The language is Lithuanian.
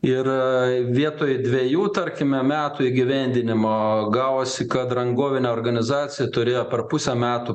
ir vietoj dvejų tarkime metų įgyvendinimo gavosi kad rangovinė organizacija turėjo per pusę metų